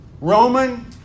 Roman